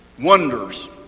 wonders